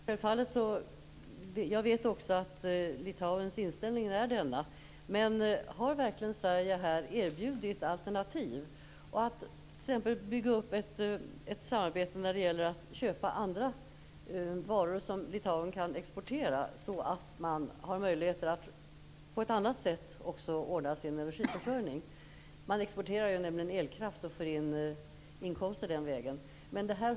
Herr talman! Jag vet också att Litauens inställning är denna. Men har Sverige verkligen erbjudit alternativ här? Man skulle t.ex. kunna bygga upp ett samarbete genom att köpa andra varor som Litauen kan exportera så att de har möjligheter att ordna sin energiförsörjning på ett annat sätt. De exporterar nämligen elkraft och får inkomster den vägen.